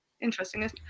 Interesting